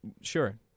sure